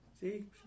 See